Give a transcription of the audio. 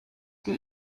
die